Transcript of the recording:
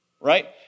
right